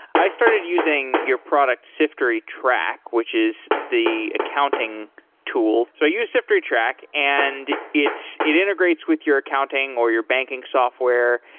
i started using your product siftery track, which is the accounting tool. i use siftery track and it integrates with your accounting, or your banking software,